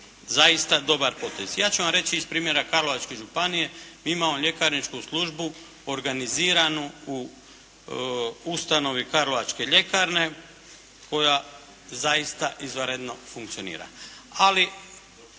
zaista dobar potez. Ja ću vam reći iz primjera Karlovačke županije, mi imamo ljekarničku službu organiziranu u ustanovi karlovačke ljekarne koja zaista izvanredno funkcionira.